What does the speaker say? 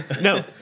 No